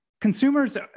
consumers